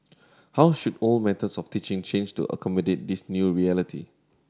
how should old methods of teaching change to accommodate this new reality